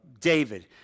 David